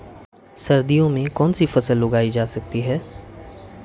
सर्दियों में कौनसी फसलें उगाई जा सकती हैं?